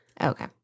Okay